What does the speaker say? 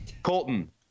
Colton